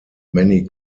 many